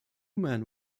men